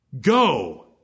Go